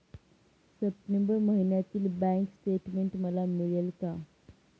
September महिन्यातील bank statement मला मिळेल का?